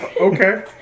Okay